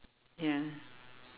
ya